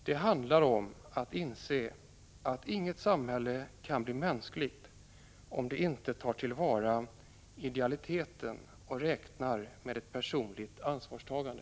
Det handlar om att inse att inget samhälle kan bli mänskligt, om det inte tar till vara idealiteten och räknar med ett personligt ansvarstagande.